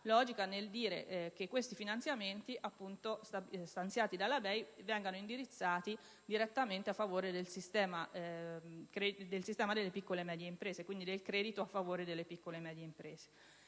logica nel dire che questi finanziamenti stanziati dalla BEI vengano indirizzati direttamente a favore del sistema delle piccole e medie imprese, quindi del credito a favore delle piccole e medie imprese.